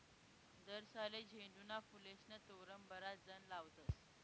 दसराले झेंडूना फुलेस्नं तोरण बराच जण लावतस